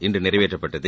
இன்று நிறைவேற்றப்பட்டது